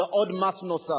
זה מס נוסף.